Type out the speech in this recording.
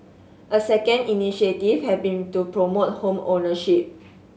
a second initiative have been to promote home ownership